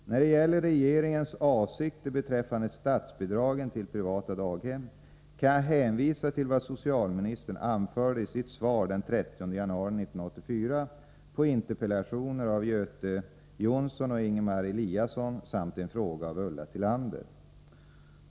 När det gäller regeringens avsikter beträffande statsbidragen till privata daghem kan jag hänvisa till vad socialministern anförde i sitt svar den 30 januari 1984 på interpellationer av Göte Jonsson och Ingemar Eliasson samt en fråga av Ulla Tillander.